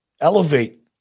elevate